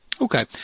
Okay